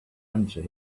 answer